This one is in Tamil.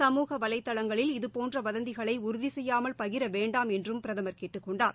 சமூக வலைதளங்களில் இதபோன்ற வதந்திகளை உறுதி செய்யாமல் பகிர வேண்டாம் என்றும் பிரதமர் கேட்டுக் கொண்டார்